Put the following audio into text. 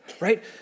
Right